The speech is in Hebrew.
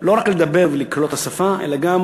לא רק לדבר ולקלוט את השפה אלא גם